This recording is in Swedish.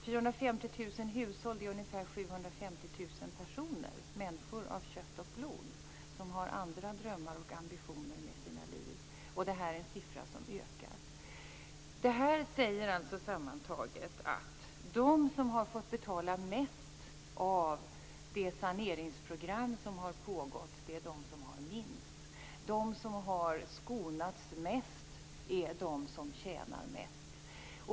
450 000 hushåll är ungefär 750 000 personer, människor av kött och blod som har andra drömmar och ambitioner med sina liv. Det är också fråga om ett ökande antal. Detta betyder sammantaget att de som har fått betala mest i det saneringsprogram som har pågått är de som har minst och att de som har skonats mest är de som tjänar mest.